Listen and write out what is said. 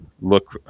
look